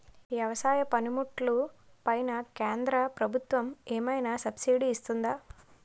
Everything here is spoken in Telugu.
వ్యవసాయ పనిముట్లు పైన కేంద్రప్రభుత్వం ఏమైనా సబ్సిడీ ఇస్తుందా?